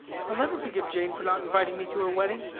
i'll never forgive jane for not inviting me to her wedding.